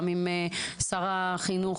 גם עם שר החינוך,